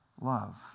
love